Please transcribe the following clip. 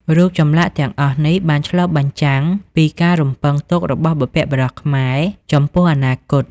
រូបចម្លាក់ទាំងអស់នេះបានឆ្លុះបញ្ចាំងពីការរំពឹងទុករបស់បុព្វបុរសខ្មែរចំពោះអនាគត។